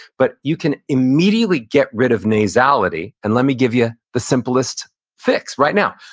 but you can immediately get rid of nasality, and let me give you the simplest fix right now.